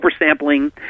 oversampling